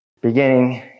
beginning